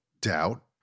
doubt